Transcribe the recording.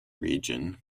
region